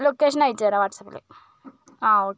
location അയച്ചു തരാം വാട്സപ്പിൽ ആ ഓക്കേ